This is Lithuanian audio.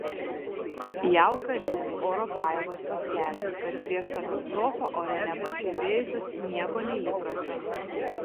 jav karinės oro pajėgos paskelbė kad prieš katastrofą ore nepastebėjusios nieko neįprasta